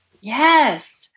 yes